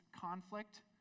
conflict